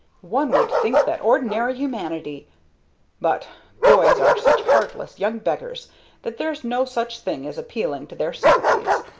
one would think that ordinary humanity but boys are such heartless young beggars that there's no such thing as appealing to their sympathies.